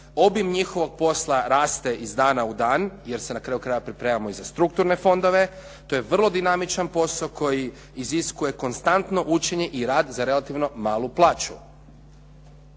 Obim njihovog posla raste iz dana u dan jer se na kraju krajeva pripremamo i za strukturne fondove. To je vrlo dinamičan posao koji iziskuje konstantno učenje i rad za relativno malu plaću.